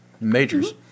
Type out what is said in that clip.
majors